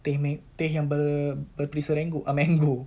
teh man~ teh yang ber~ berperisa mango err mango